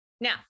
now